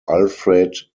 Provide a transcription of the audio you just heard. alfred